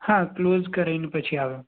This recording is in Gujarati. હા કલોઝ કરાવીને પછી આવે